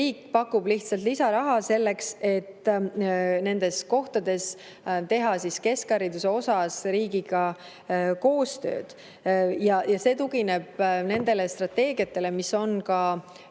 Riik pakub lihtsalt lisaraha selleks, et nendes kohtades teha keskhariduse osas riigiga koostööd. See tugineb strateegiatele, mis on ka